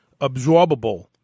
absorbable